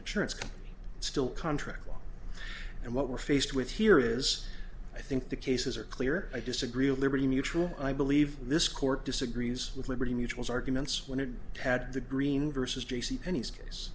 with still contract law and what we're faced with here is i think the cases are clear i disagree a liberty mutual i believe this court disagrees with liberty mutual's arguments when it had the green vs j c penney's